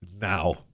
now